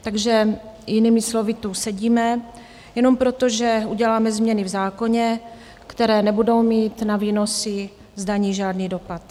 Takže jinými slovy tu sedíme jenom proto, že uděláme změny v zákoně, které nebudou mít na výnosy z daní žádný dopad.